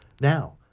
Now